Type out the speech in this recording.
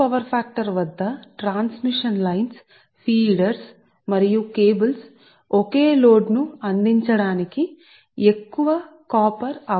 line లో current density స్థిరంగా ఉంచాలంటే ట్రాన్స్మిషన్ లైన్ల ఫీడర్లు మరియు కేబుల్స్ ఒకే లోడ్ ని అందించడానికి తక్కువ కాపర్ రాగిఅవసరం కాని తక్కువ పవర్ ఫాక్టర్ వద్ద